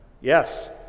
Yes